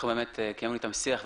אנחנו באמת קיימנו איתם שיח,